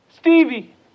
Stevie